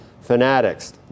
Fanatics